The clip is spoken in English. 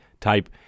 type